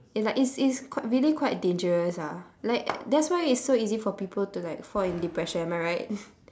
and like it's it's quite really quite dangerous ah like that's why it's so easy for people to like fall in depression am I right